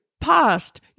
past